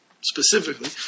Specifically